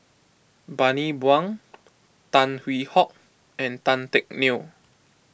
Bani Buang Tan Hwee Hock and Tan Teck Neo